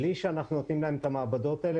בלי שאנחנו נותנים להם את המעבדות האלה,